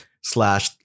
slash